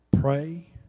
Pray